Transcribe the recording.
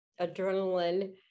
adrenaline